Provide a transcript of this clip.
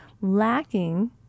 lacking